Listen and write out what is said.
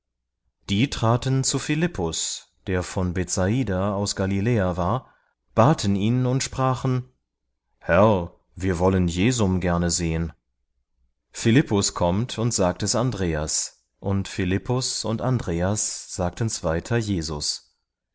die traten zu philippus der von bethsaida aus galiläa war baten ihn und sprachen herr wir wollten jesum gerne sehen philippus kommt und sagt es andreas und philippus und andreas sagten's weiter jesus